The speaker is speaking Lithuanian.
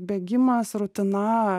bėgimas rutina